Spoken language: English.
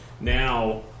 Now